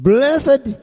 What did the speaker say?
Blessed